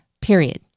period